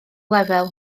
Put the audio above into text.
lefel